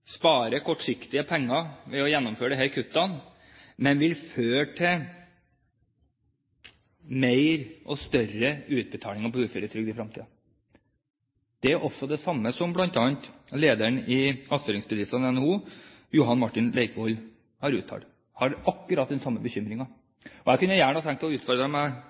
kortsiktige penger ved å gjennomføre disse kuttene, men det vil føre til mer, og større, utbetalinger til uføretrygd i fremtiden. Det er det samme som bl.a. lederen for Attføringsbedriftene i NHO, Johan-Martin Leikvoll, har uttalt. Han har akkurat den samme bekymringen. Jeg kunne gjerne tenkt meg å utfordre